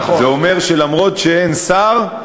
זה אומר שאף שאין שר,